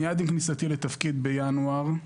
מיד עם כניסתי לתפקיד בינואר,